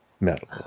metal